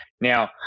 Now